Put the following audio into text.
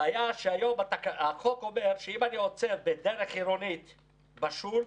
הבעיה שהיום החוק אומר שאם אני עוצר בדרך עירונית בשול,